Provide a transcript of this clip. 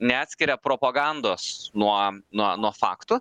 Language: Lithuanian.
neatskiria propagandos nuo nuo nuo faktų